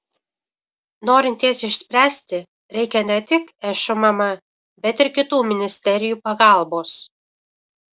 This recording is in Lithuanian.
norint jas išspręsti reikia ne tik šmm bet ir kitų ministerijų pagalbos